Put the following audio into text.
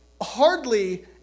hardly